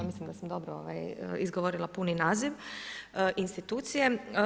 Mislim da sam dobro izgovorila puni naziv institucije.